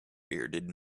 bearded